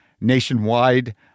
Nationwide